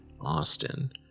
austin